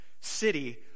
city